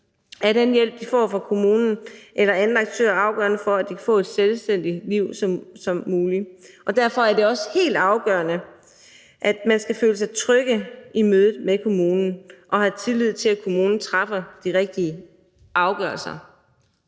er den hjælp, de får fra kommunen eller anden aktør, afgørende for, at de kan få et så selvstændigt liv som muligt. Derfor er det også helt afgørende, at man skal kunne føle sig tryg i mødet med kommunen og have tillid til, at kommunen træffer de rigtige afgørelser,